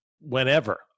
whenever